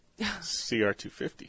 CR250